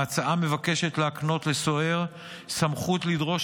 ההצעה מבקשת להקנות לסוהר סמכות לדרוש